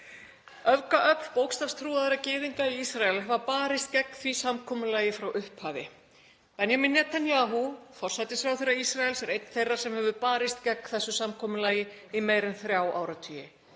Öfgaöfl bókstafstrúaðra gyðinga Ísraela hafa barist gegn því samkomulagi frá upphafi. Benjamin Netanyahu, forsætisráðherra Ísraels, er einn þeirra sem hefur barist gegn þessu samkomulagi í meira en þrjá áratugi.